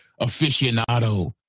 aficionado